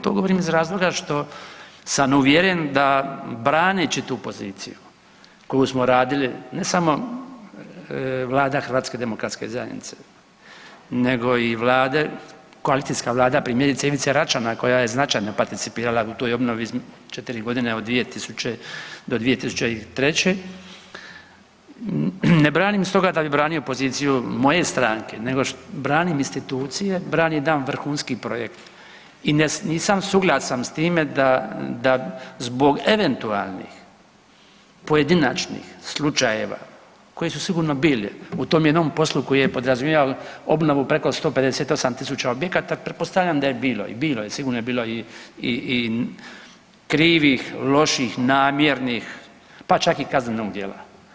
To govorim iz razloga što sam uvjeren da braneći tu poziciju koju smo radili, ne samo Vlada HDZ-a nego i vlade, koalicijska vlada primjerice Ivice Račana koja je značajno participirala u toj obnovi 4 godine od 2000. do 2003., ne branim stoga da bi branio poziciju moje stranke nego branim institucije, branim jedan vrhunski projekt i nisam suglasan s time da zbog eventualnih pojedinačnih slučajeva koji su sigurno bili u tom jednom poslu koji je podrazumijevao obnovu preko 158.000 objekata pretpostavljam da je bilo i bilo je sigurno je bilo i krivih, loših, namjernih pa čak i kaznenog djela.